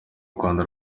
rwanda